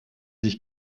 sich